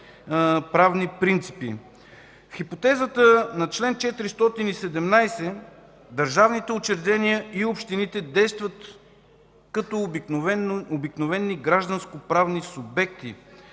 правни принципи. В хипотезата на чл. 417 държавните учреждения и общините действат като обикновени гражданско-правни субекти,